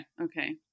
okay